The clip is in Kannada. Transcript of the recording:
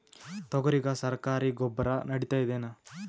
ತೊಗರಿಗ ಸರಕಾರಿ ಗೊಬ್ಬರ ನಡಿತೈದೇನು?